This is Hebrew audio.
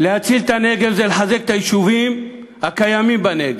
להציל את הנגב זה לחזק את היישובים הקיימים בנגב.